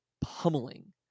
pummeling